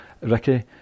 Ricky